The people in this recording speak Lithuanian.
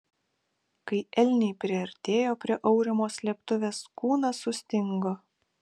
kai elniai priartėjo prie aurimo slėptuvės kūnas sustingo